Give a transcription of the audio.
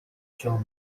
ciąg